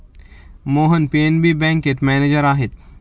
Mohan PNB बँकेत manager आहेत